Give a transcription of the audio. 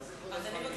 מה זה "כל הזמן משתנה"?